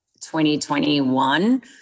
2021